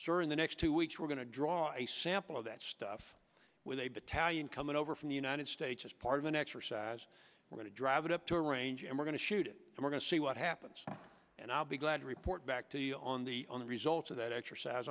during the next two weeks we're going to draw a sample of that stuff with a battalion coming over from the united states as part of an exercise to drive it up to a range and we're going to shoot it we're going to see what happens and i'll be glad to report back to the on the on the results of that exercise